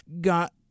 got